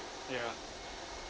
ya